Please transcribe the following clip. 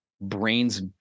brain's